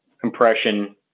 compression